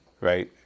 right